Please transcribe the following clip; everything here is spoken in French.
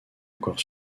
encore